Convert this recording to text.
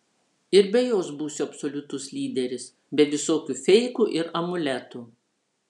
ir be jos būsiu absoliutus lyderis be visokių feikų ir amuletų